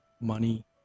money